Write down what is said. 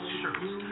shirts